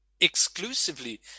exclusively